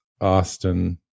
Austin